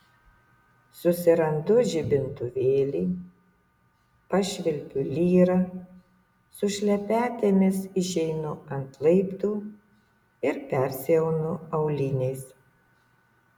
susirandu žibintuvėlį pašvilpiu lyrą su šlepetėmis išeinu ant laiptų ir persiaunu auliniais